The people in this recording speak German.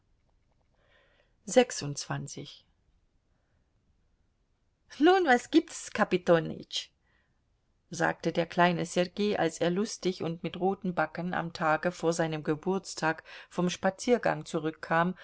nun was gibt's kapitonütsch sagte der kleine sergei als er lustig und mit roten backen am tage vor seinem geburtstag vom spaziergang zurückkam